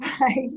right